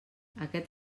aquest